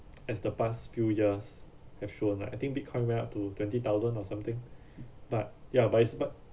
as the past few years have shown that I think Bitcoin went up to twenty thousand or something but ya but it's but